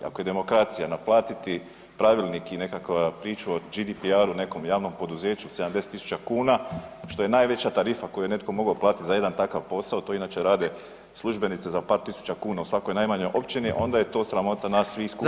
Ako je demokracija naplatiti pravilnik i nekakva priča o GDPR-u o nekom javnom poduzeću od 70 tisuća kuna, što je najveća tarifa koju ne netko mogao platiti za jedan takav posao, to inače rade službenice za par tisuća kuna u svakoj najmanjoj općini, onda je to sramota nas svih skupa